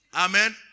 Amen